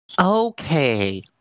okay